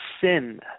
sin